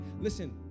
Listen